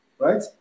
right